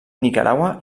nicaragua